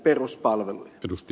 arvoisa puhemies